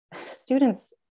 students